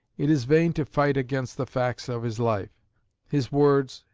it is vain to fight against the facts of his life his words,